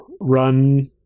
run